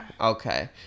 okay